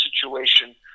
situation